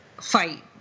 fight